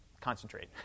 concentrate